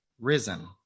risen